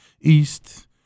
East